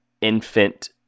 infant